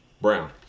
brown